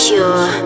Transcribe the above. Pure